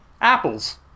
Apples